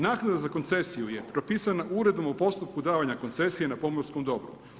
Naknada za koncesiju je propisana Uredbom o postupku davanja koncesije na pomorsko dobro.